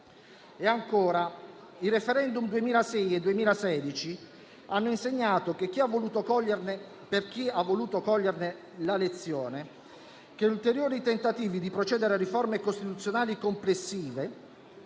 I *referendum* del 2006 e 2016 hanno insegnato a chi ha voluto coglierne la lezione che ulteriori tentativi di procedere a riforme costituzionali complessive